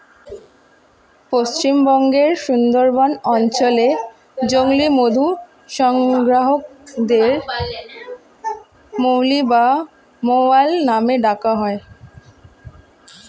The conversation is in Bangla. পশ্চিমবঙ্গের সুন্দরবন অঞ্চলে জংলী মধু সংগ্রাহকদের মৌলি বা মৌয়াল নামে ডাকা হয়